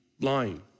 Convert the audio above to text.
lying